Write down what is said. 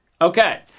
Okay